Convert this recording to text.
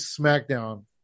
SmackDown